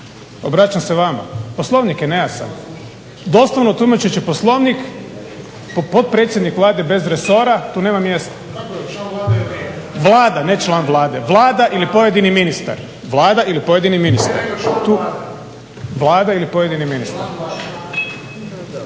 obraćam se vama, Poslovnik je nejasan, doslovno tumačeći Poslovnik potpredsjednik Vlade bez resora, tu nema mjesta. Vlada, ne član Vlade, Vlada ili pojedini ministar. Dalje, zamjenici ministra formalno nisu